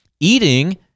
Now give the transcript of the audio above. Eating